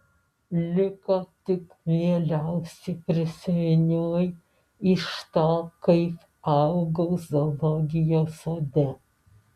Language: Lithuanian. liko tik mieliausi prisiminimai iš to kaip augau zoologijos sode